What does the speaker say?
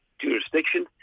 jurisdiction